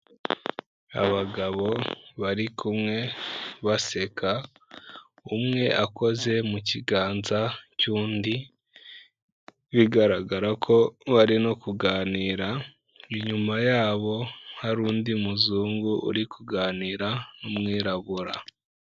Abagabo bari kumwe baseka, umwe akoze mu kiganza cy'undi, bigaragara ko bari no kuganira, inyuma yabo hari undi muzungu uri kuganira n'umwirabura.